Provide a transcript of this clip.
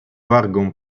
wargą